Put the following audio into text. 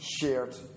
shared